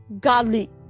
godly